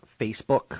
Facebook